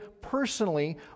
personally